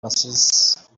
basize